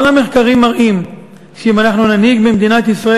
כל המחקרים מראים שאם אנחנו ננהיג במדינת ישראל